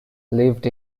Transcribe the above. lived